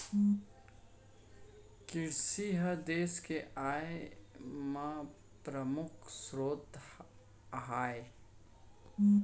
किरसी ह देस के आय म परमुख सरोत आय